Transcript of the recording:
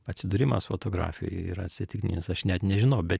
atsidūrimas fotografijoj yra atsitiktinis aš net nežinau bet